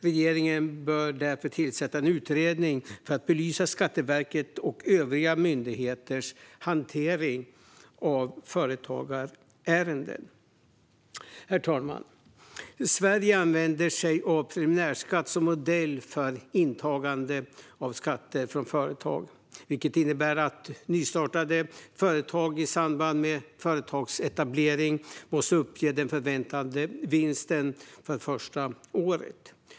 Regeringen bör därför tillsätta en utredning för att belysa Skatteverkets och övriga myndigheters hantering av företagarärenden. Herr talman! Sverige använder sig av preliminärskatt som modell för insamling av skatter från företag, vilket innebär att nystartade företag i samband med företagsetableringen måste uppge den förväntade vinsten för första året.